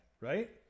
right